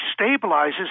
stabilizes